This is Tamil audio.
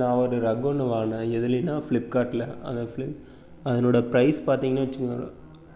நான் ஒரு ரஃக் ஒன்று வாங்கினேன் எதுலேன்னால் ஃபிளிப்கார்ட்டில் அந்த ஃபிளிப் அதனோடய பிரைஸ் பார்த்தீங்கன்னு வச்சுங்கோங்க